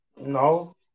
No